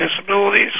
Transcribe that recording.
disabilities